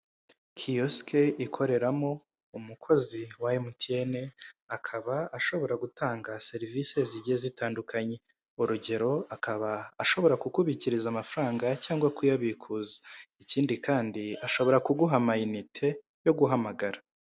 Kiyosike ikoreramo umukozi wa mtn akaba ashobora gutanga serivisi zigiye zitandukanye urugero akaba ashobora kukubikiriza amafaranga cyangwa kuyabikuza ikindi kandi ashobora kuguha amayinite yo guhamagara.